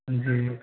जी